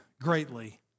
greatly